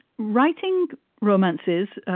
writing romances,